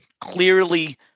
clearly